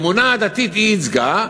את האמונה הדתית היא ייצגה,